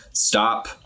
stop